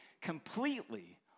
completely